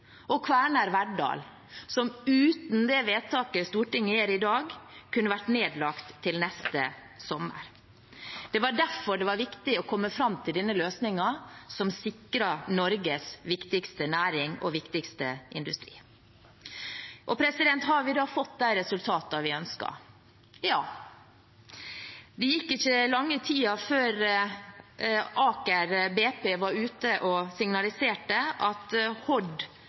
Uten det vedtaket Stortinget gjør i dag, kunne Kværner Verdal blitt nedlagt neste sommer. Det var derfor det var viktig å komme fram til denne løsningen, som sikrer Norges viktigste næring og viktigste industri. Har vi fått de resultatene vi ønsket? Ja. Det gikk ikke lang tid før Aker BP var ute og signaliserte at